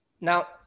Now